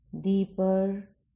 deeper